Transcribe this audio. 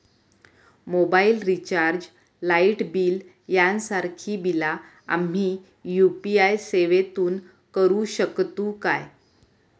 Mobile recharge, light bill यांसारखी बिला आम्ही यू.पी.आय सेवेतून करू शकतू काय?